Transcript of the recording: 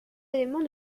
éléments